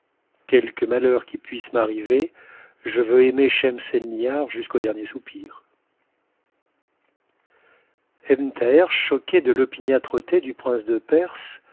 quelque malheur qui puisse m'arriver je veux aimer schemselnihar jusqu'au dernier soupir ebn thaher choqué de l'opiniâtreté du prince de perse